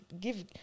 give